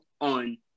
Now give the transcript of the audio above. on